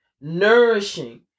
nourishing